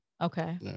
okay